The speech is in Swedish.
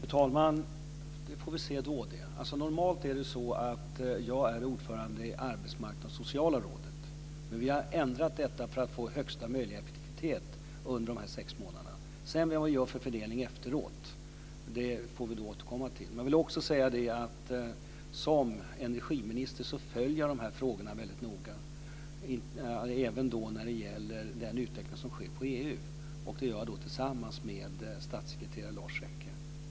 Fru talman! Det får vi se då. Normalt är det så att jag är ordförande i rådet för arbetsmarknad och sociala frågor. Vi har ändrat detta för att få högsta möjliga effektivitet under de sex månaderna. Vad det blir för fördelning efteråt får vi återkomma till. Som energiminister följer jag frågorna väldigt noga, även när det gäller den utveckling som sker inom EU. Det gör jag tillsammans med statssekreterare Lars Rekke.